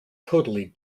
totally